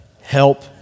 Help